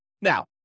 Now